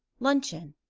luncheon